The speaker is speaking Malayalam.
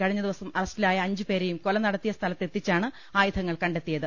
കഴിഞ്ഞ ദിവസം അറസ്റ്റിലായ അഞ്ച് പേരെയും കൊല നടത്തി യ സ്ഥലത്തെത്തിച്ചാണ് ആയുധങ്ങൾ കണ്ടെത്തിയത്